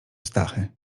stachy